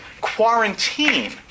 quarantine